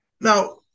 Now